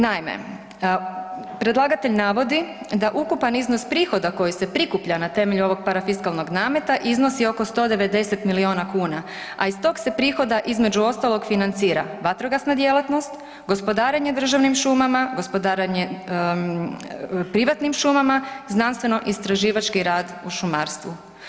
Naime, predlagatelj navodi da ukupan iznos prihoda koji se prikuplja na temelju ovog parafiskalnog nameta iznosi oko 190 milijuna kuna, a iz tog se prihoda između ostaloga financira vatrogasna djelatnost, gospodarenje državnim šumama, gospodarenje privatnim šumama, znanstveno istraživački rad u šumarstvu.